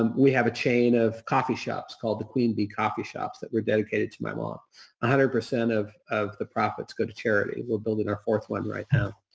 um we have a chain of coffee shops called the queen bee coffee shops that were dedicated to my mom. a hundred percent of of the profits go to charity. we're building our fourth one right now.